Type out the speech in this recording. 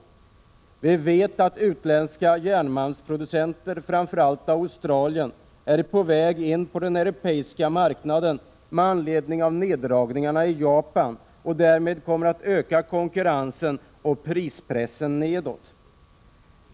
Med anledning av neddragningarna i Japan vet vi att utländska järnmalmsproducenter, framför allt Australien, är på väg in på den europeiska marknaden. Därmed kommer konkurrensen att öka och priserna att gå nedåt.